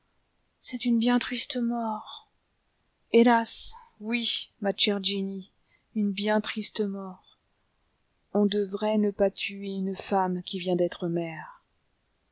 c'est une bien triste mort hélas oui ma chère jenny une bien triste mort on devrait ne pas tuer une femme qui vient d'être mère